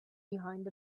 behind